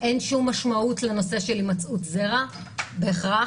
אין שום משמעות לנושא של הימצאות זרע בהכרח,